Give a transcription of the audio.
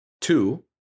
Two